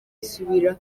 usubira